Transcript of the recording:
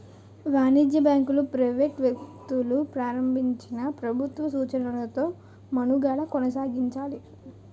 వాణిజ్య బ్యాంకులు ప్రైవేట్ వ్యక్తులు ప్రారంభించినా ప్రభుత్వ సూచనలతో మనుగడ కొనసాగించాలి